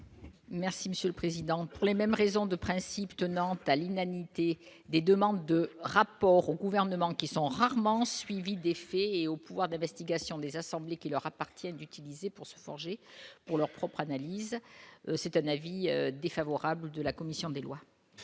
Merci Monsieur le Président, pour les mêmes raison de principe tenant à l'inanité des demandes de rapport au gouvernement qui sont rarement suivies d'effet et au pouvoir d'investigation des assemblées qui leur appartiennent, d'utiliser pour se venger pour leur propres analyses, c'est un avis défavorable de la commission des lois.